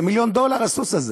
זה מיליון דולר, הסוס הזה.